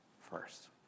first